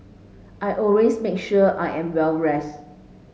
I always make sure I am well rested